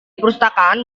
perpustakaan